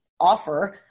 offer